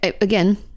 Again